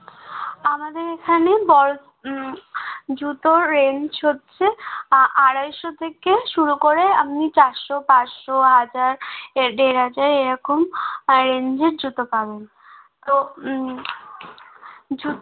আমাদের এখানে বড়ো জুতোর রেঞ্জ হচ্ছে আ আড়াইশো থেকে শুরু করে আপনি চারশো পাঁচশো হাজার এ দেড় হাজার এরকম আ রেঞ্জের জুতো পাবেন তো